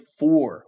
four